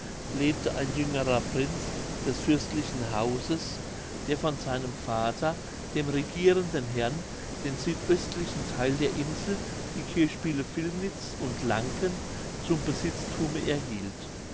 lebte ein jüngerer prinz des fürstlichen hauses der von seinem vater dem regierenden herrn den südöstlichen theil der insel die kirchspiele vilmnitz und lanken zum besitzthume erhielt